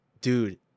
dude